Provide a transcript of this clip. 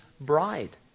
bride